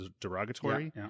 derogatory